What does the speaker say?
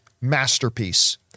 masterpiece